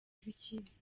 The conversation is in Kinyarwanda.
rw’icyizere